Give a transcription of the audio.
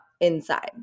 inside